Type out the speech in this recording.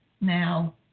Now